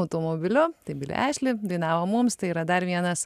automobiliu dainavo mums tai yra dar vienas